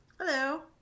Hello